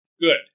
Good